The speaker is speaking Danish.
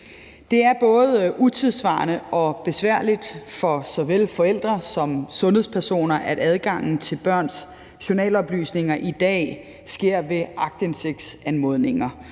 Det er både utidssvarende og besværligt for såvel forældre som sundhedspersoner, at adgangen til børns journaloplysninger i dag sker ved aktindsigtsanmodninger,